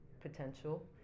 potential